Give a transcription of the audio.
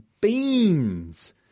beans